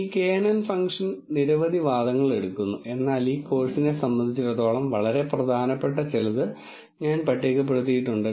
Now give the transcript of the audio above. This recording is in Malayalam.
ഈ knn ഫംഗ്ഷൻ നിരവധി വാദങ്ങൾ എടുക്കുന്നു എന്നാൽ ഈ കോഴ്സിനെ സംബന്ധിച്ചിടത്തോളം വളരെ പ്രധാനപ്പെട്ട ചിലത് ഞാൻ പട്ടികപ്പെടുത്തിയിട്ടുണ്ട്